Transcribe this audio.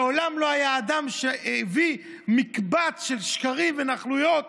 מעולם לא היה אדם שהביא מקבץ של שקרים ונוכלויות